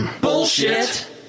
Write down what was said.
Bullshit